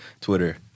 Twitter